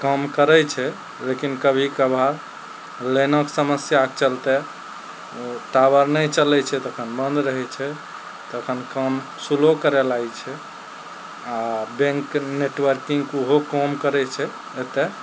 काम करय छै लेकिन कभी कभार लाइनक समस्याक चलते टावर नहि चलय छै तखन बन्द रहय छै तखन काम स्लो करय लागय छै आओर बैंक नेटवर्किंगके ओहो काम करय छै एतय